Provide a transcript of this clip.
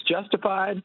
justified